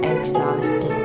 exhausted